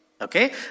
Okay